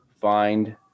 find